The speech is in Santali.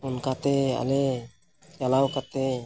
ᱚᱱᱠᱟᱛᱮ ᱟᱞᱮ ᱪᱟᱞᱟᱣ ᱠᱟᱛᱮᱫ